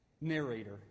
narrator